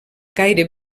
gaire